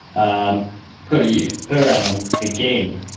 um per year? per annum. again,